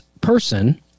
person